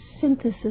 synthesis